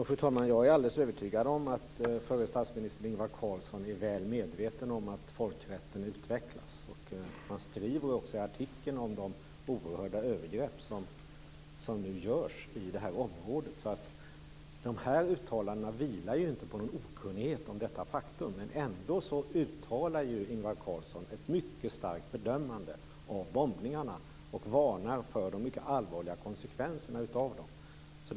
Fru talman! Jag är alldeles övertygad om att förre statsministern Ingvar Carlsson är väl medveten om att folkrätten utvecklas. Han skriver också i artikeln om de oerhörda övergrepp som nu görs i det här området. De här uttalandena vilar således inte på en okunnighet om detta faktum. Ändå uttalar Ingvar Carlsson ett mycket starkt fördömande av bombningarna och varnar för de mycket allvarliga konsekvenserna av dem.